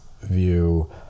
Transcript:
view